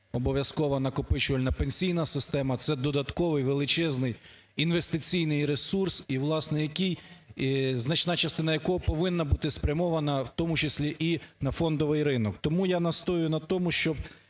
обов'язкова накопичувальна пенсійна система, це додатковий величезний інвестиційний ресурс, і, власне, який, значна частина якого повинна бути спрямована в тому числі і на фондовий ринок. Тому я настоюю на тому, щоб